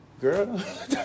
Girl